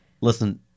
Listen